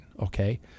okay